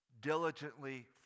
Diligently